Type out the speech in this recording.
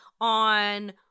on